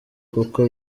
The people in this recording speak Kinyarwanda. kuko